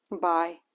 bye